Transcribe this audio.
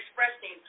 expressing